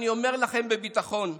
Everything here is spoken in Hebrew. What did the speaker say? אני אומר לכם בביטחון: